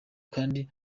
kandi